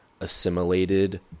assimilated